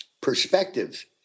perspective